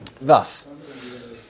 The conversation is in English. Thus